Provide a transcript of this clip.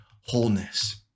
wholeness